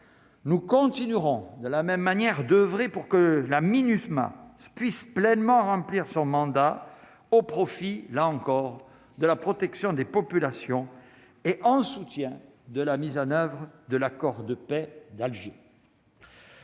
nous continuerons de la même manière d'oeuvrer pour que la Minusma s'puissent pleinement remplir son mandat au profit, là encore, de la protection des populations et en soutien de la mise en oeuvre de l'accord de paix d'Alger.